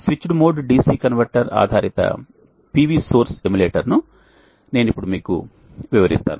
switched mode DC converter ఆధారిత PV source ఎమ్యులేటర్ను నేను ఇప్పుడు మీకు వివరిస్తాను